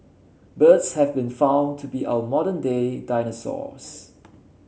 birds have been found to be our modern day dinosaurs